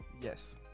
Yes